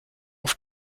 auf